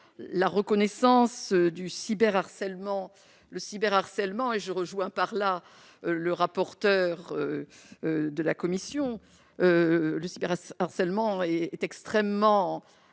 la reconnaissance du cyber harcèlement le harcèlement et je rejoins par là, le rapporteur de la commission, le cyber-harcèlement est extrêmement important